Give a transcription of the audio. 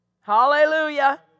Hallelujah